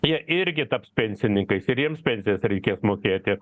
jie irgi taps pensininkais ir jiems pensijas reikės mokėti